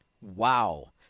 Wow